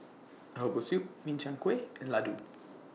Herbal Soup Min Chiang Kueh and Laddu